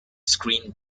screen